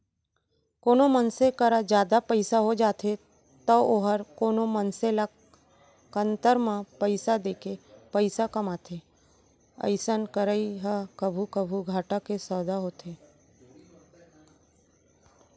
कोनो मनसे करा जादा पइसा हो जाथे तौ वोहर कोनो मनसे ल कन्तर म पइसा देके पइसा कमाथे अइसन करई ह कभू कभू घाटा के सौंदा होथे